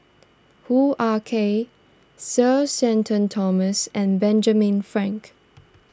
Hoo Ah Kay Sir Shenton Thomas and Benjamin Frank